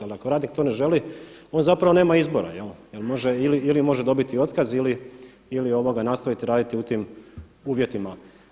Ali ako radnik to ne želi, on zapravo nema izbora jer može ili može dobiti otkaz ili nastaviti raditi u tim uvjetima.